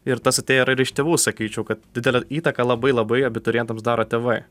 ir tas atėję ir iš tėvų sakyčiau kad didelę įtaką labai labai abiturientams daro tėvai